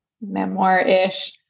memoir-ish